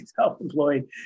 self-employed